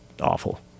awful